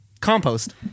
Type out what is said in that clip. Compost